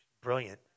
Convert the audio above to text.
Brilliant